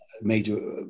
major